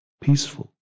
peaceful